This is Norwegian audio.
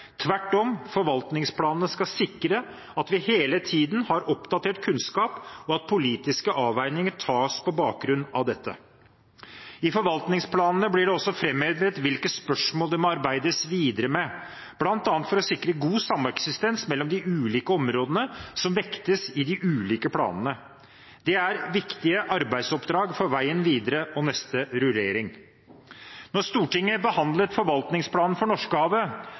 Tvert om: Forvaltningsplanene skal sikre at vi hele tiden har oppdatert kunnskap, og at politiske avveininger tas på bakgrunn av dette. I forvaltningsplanene blir det også framhevet hvilke spørsmål det må arbeides videre med, bl.a. for å sikre god sameksistens mellom de ulike områdene som vektes i de ulike planene. Det er viktige arbeidsoppdrag for veien videre og neste rullering. Da Stortinget behandlet forvaltningsplanen for Norskehavet,